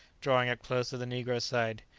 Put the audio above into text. drawing up close to the negro's side.